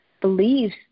believes